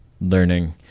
learning